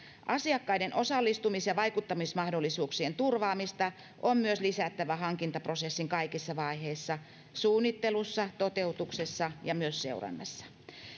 asiakkaiden osallistumis ja vaikuttamismahdollisuuksien turvaamista on myös lisättävä hankintaprosessin kaikissa vaiheissa suunnittelussa toteutuksessa ja myös seurannassa